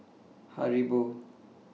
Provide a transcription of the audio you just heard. Haribo